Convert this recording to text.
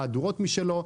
מהדורות משלו.